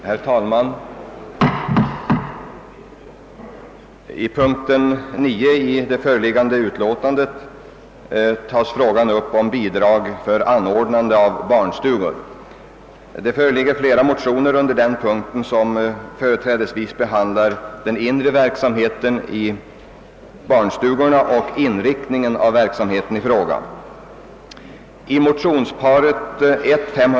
Herr talman! I punkten 9 i föreliggande utlåtande upptages frågan om bidrag för anordnande av barnstugor. Det föreligger här flera motioner, vilka företrädesvis behandlar den inre verksamheten och inriktningen av verksamheten i fråga.